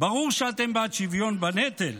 ברור שאתם בעד שוויון בנטל,